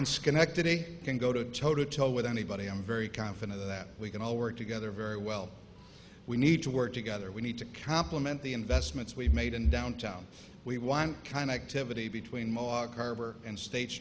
in schenectady can go toe to toe with anybody i'm very confident that we can all work together very well we need to work together we need to complement the investments we've made in downtown we want kind of activity between mark harbor and state